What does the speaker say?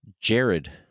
Jared